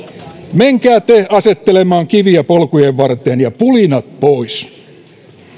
menkää te asettelemaan kiviä polkujen varteen ja pulinat pois